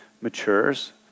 matures